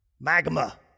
Magma